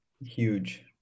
Huge